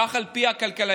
כך על פי הכלכלנים,